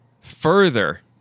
further